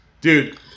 Dude